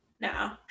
No